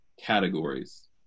categories